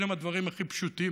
אלה הם הדברים הכי פשוטים.